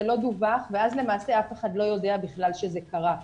זה לא דווח ואז למעשה אף אחד לא יודע בכלל שזה קרה.